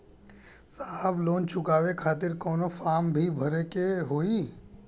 साहब लोन चुकावे खातिर कवनो फार्म भी भरे के होइ?